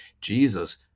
Jesus